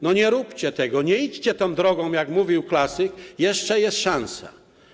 Nie róbcie tego, nie idźcie tą drogą, jak mówił klasyk, jeszcze jest szansa.